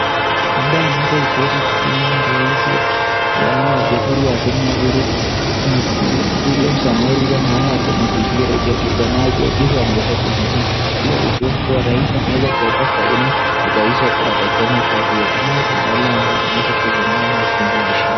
Ambaye ameweza kuketi chini ni rais wa nne wa jamhuri ya Kenya William Samoei Ruto, naye ako na bibiye Rachael Ruto, naye jaji huyu ameweza kusimama. Hilo inaashiria rais ameweza kuweka saini kuhakikisha kuwa ataifanya kazi yake, nao kuna wale ambao wameweza kusimama wakimpea heshima.